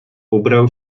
ubrał